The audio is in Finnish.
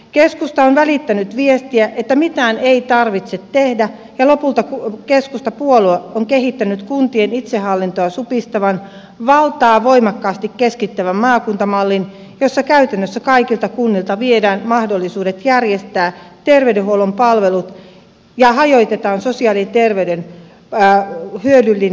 keskusta on välittänyt viestiä että mitään ei tarvitse tehdä ja lopulta keskustapuolue on kehittänyt kuntien itsehallintoa supistavan valtaa voimakkaasti keskittävän maakuntamallin jossa käytännössä kaikilta kunnilta viedään mahdollisuudet järjestää terveydenhuollon palvelut ja hajotetaan sosiaali ja terveydenhuollon hyödyllinen integraatio